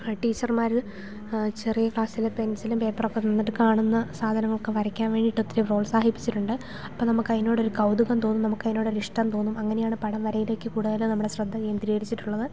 ടീച്ചർമാർ ചെറിയ ക്ലാസ്സിൽ പെൻസിലും പേപ്പറുമൊക്കെ തന്നിട്ട് കാണുന്ന സാധനങ്ങളൊക്കെ വരയ്ക്കാൻ വേണ്ടിയിട്ട് ഒത്തിരി പ്രോത്സാഹിപ്പിച്ചിട്ടുണ്ട് അപ്പോൾ നമുക്കതിനോടൊരു കൗതുകം തോന്നും നമുക്കതിനോടൊരു ഇഷ്ടം തോന്നും അങ്ങനെയാണ് പടം വരയിലേക്ക് കൂടുതുൽ നമ്മുടെ ശ്രദ്ധ കേന്ദ്രീകരിച്ചിട്ടുള്ളത്